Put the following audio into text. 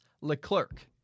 Leclerc